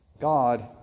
God